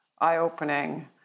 eye-opening